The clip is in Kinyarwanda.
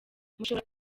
mushobora